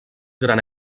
gran